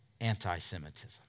anti-Semitism